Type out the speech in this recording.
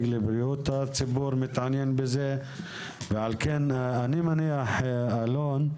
לבריאות הציבור מתעניין בזה ועל כן אני מניח אלון,